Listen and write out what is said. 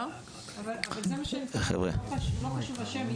לא חשוב השם.